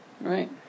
Right